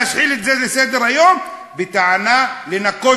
להשחיל את זה לסדר-היום בטענה של "לנקות